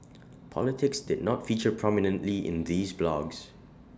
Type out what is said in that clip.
politics did not feature prominently in these blogs